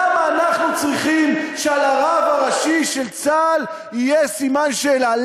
למה אנחנו צריכים שעל הרב הראשי של צה"ל יהיה סימן שאלה?